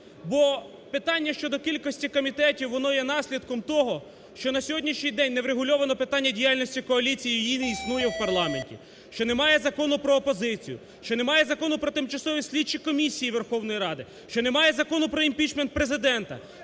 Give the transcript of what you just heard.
Бо питання щодо кількості комітетів, воно є наслідком того, що на сьогоднішній день не врегульовано питання діяльності коаліції, її не існує в парламенті, що немає Закону про опозицію, що немає Закону про тимчасові слідчі комісії Верховної Ради, що немає Закону про імпічмент Президента,